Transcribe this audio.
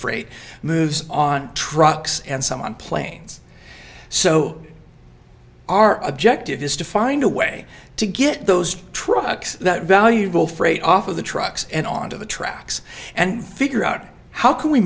freight moves on trucks and some on planes so our objective is to find a way to get those trucks that valuable freight off of the trucks and onto the tracks and figure out how can we